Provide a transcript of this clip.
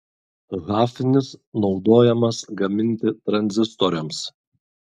hafnis naudojamas gaminti tranzistoriams